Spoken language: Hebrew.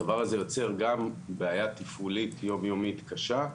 הדבר הזה יוצר גם בעיה תפעולית יום יומית קשה,